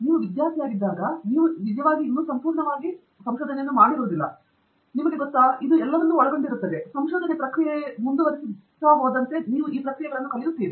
ನೀವು ವಿದ್ಯಾರ್ಥಿಯಾಗಿ ಬಂದಾಗ ನೀವು ನಿಜವಾಗಿ ಇನ್ನೂ ಸಂಪೂರ್ಣವಾಗಿ ಇರಬಾರದು ನಿಮಗೆ ಗೊತ್ತಾ ಇಲ್ಲಿ ಎಲ್ಲವನ್ನೂ ಒಳಗೊಂಡಿರುವ ಬಗ್ಗೆ ತಿಳಿದಿರಿ ಮತ್ತು ನೀವು ಪ್ರಕ್ರಿಯೆಯ ಮೂಲಕ ಮುಂದುವರಿಸುತ್ತಾ ನೀವು ಪ್ರಕ್ರಿಯೆಯನ್ನು ಕಲಿಯುತ್ತಿದ್ದಾರೆ